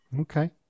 Okay